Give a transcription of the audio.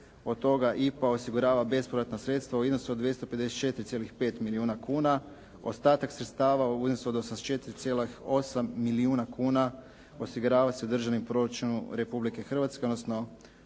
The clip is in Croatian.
od toga IPA osigurava bespovratna sredstva u iznosu od 254,5 milijuna kuna ostatak sredstava u iznosu 84,8 milijuna kuna osigurava se državnim proračunom Republike Hrvatske, odnosno